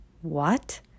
What